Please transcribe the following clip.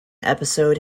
episode